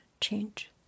change